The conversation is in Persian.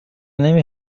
نمی